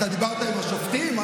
אתה דיברת עם השופטים?